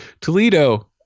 toledo